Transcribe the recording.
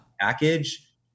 package